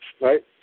right